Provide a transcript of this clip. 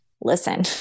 listen